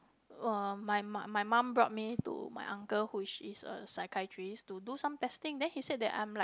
uh my my mum brought me to my uncle who he's a psychiatrist to do some testing then he said that I'm like